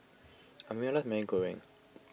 Amira Maggi Goreng